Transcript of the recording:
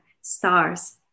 stars